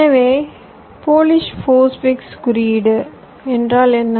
எனவே Polish postfix குறியீடு என்றால் என்ன